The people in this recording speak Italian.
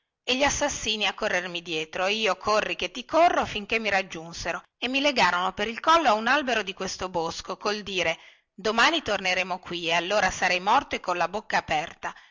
e gli assassini a corrermi dietro e io corri che ti corro finché mi raggiunsero e mi legarono per il collo a un albero di questo bosco col dire domani torneremo qui e allora sarai morto e colla bocca aperta